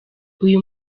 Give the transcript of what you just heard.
uyu